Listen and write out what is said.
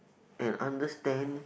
and understand